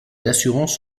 assurances